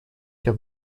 car